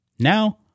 Now